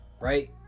Right